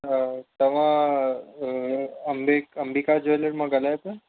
तव्हां अंबे अंबिका ज्वेलर मां ॻाल्हायो पिया